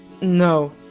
no